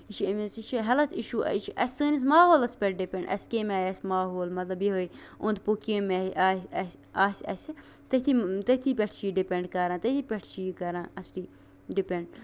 یہِ چھُ اَمے سۭتۍ یہِ چھُ ہیٚلتھ اِشوٗ یہِ چھُ اَسہِ سٲنِس ماحولَس پیٚٹھ ڈِپینٛڈ اَسہِ کَمہِ آیہِ آسہِ ماحول مطلب یِہےَ اوٚنٛدۍ پوٚکھۍ کَمہِ آیہِ آسہِ اَسہِ آسہِ اَسہِ تٔتھی تٔتھی پیٚٹھ چھُ یہِ ڈِپینٛڈ کران تٔتھی پیٚٹھ چھُ یہِ کران اَصلی ڈِپینٛڈ